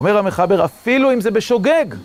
אומר המחבר, אפילו אם זה בשוגג.